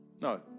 no